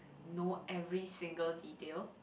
know every single detail